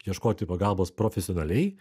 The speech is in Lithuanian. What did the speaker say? ieškoti pagalbos profesionaliai